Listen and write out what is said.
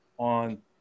on